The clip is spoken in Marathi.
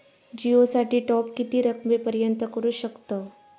जिओ साठी टॉप किती रकमेपर्यंत करू शकतव?